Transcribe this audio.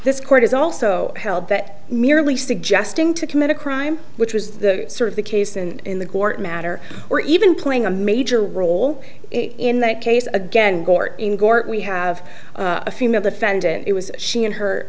this court is also held that merely suggesting to commit a crime which was the sort of the case and in the court matter or even playing a major role in that case again gort in court we have a female defendant it was she and her